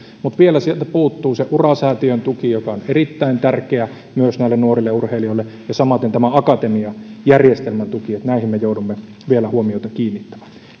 mutta vielä sieltä puuttuu se ura säätiön tuki joka on myös erittäin tärkeä näille nuorille urheilijoille ja samaten tämä akatemiajärjestelmän tuki näihin me joudumme vielä huomioita kiinnittämään